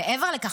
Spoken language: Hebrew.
מעבר לכך,